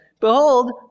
Behold